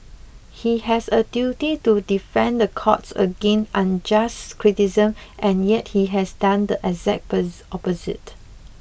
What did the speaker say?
he has a duty to defend the courts against unjust criticism and yet he has done the exact pose opposite